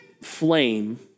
flame